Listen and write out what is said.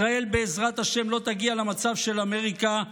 ישראל, בעזרת השם, לא תגיע למצב של אמריקה,